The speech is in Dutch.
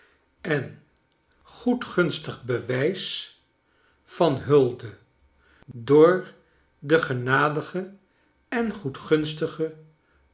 en goedgunstig bewijs van hulde door den genadigen en